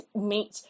meet